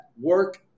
work